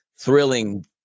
thrilling